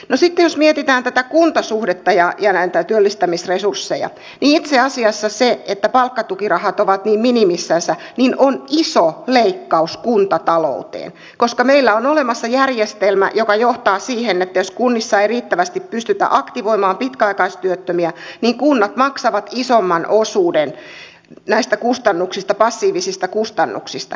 no sitten jos mietitään tätä kuntasuhdetta ja näitä työllistämisresursseja niin itse asiassa se että palkkatukirahat ovat niin minimissänsä on iso leikkaus kuntatalouteen koska meillä on olemassa järjestelmä joka johtaa siihen että jos kunnissa ei riittävästi pystytä aktivoimaan pitkäaikaistyöttömiä niin kunnat maksavat isomman osuuden näistä kustannuksista passiivisista kustannuksista